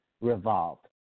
revolved